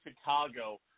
Chicago –